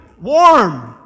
warm